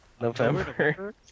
November